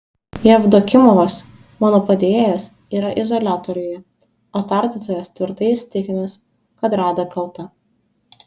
jevdokimovas mano padėjėjas yra izoliatoriuje o tardytojas tvirtai įsitikinęs kad rada kalta